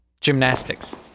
gymnastics